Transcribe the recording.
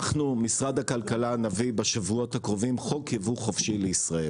אנחנו משרד הכלכלה נביא בשבועות הקרובים חוק ייבוא חופשי לישראל.